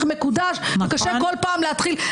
מקודש לעומת בכל פעם להתחיל --- נכון.